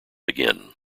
again